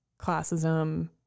classism